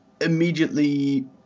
immediately